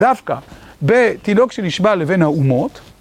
דווקא בתינוק שנשבה לבין האומות.